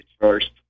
first